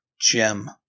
gem